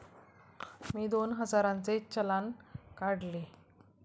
मी दोन हजारांचे चलान काढले